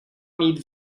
mít